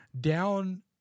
down